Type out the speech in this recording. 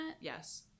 Yes